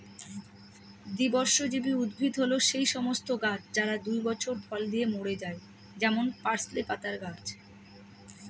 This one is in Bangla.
দ্বিবর্ষজীবী উদ্ভিদ হল সেই সমস্ত গাছ যারা দুই বছর ফল দিয়ে মরে যায় যেমন পার্সলে পাতার গাছ